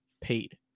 paid